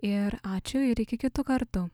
ir ačiū ir iki kitų kartu